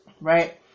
right